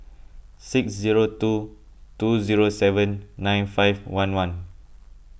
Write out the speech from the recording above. six zero two two zero seven nine five one one